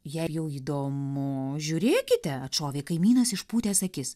jei jau įdomu žiūrėkite atšovė kaimynas išpūtęs akis